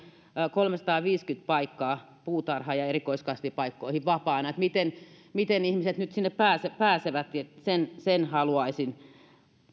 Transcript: kolmesataaviisikymmentä paikkaa puutarha ja erikoiskasvialalla vapaana miten miten ihmiset nyt sinne pääsevät sen sen haluaisin